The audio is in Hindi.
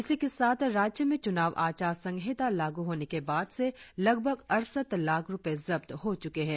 इसी के साथ राज्य में चुनाव आचार संहिता लागू होने के बाद से लगभग अड़सठ लाख रुपए जब्त हो चुके है